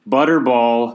Butterball